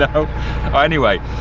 ah oh anyway.